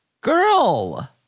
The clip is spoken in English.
girl